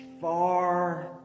far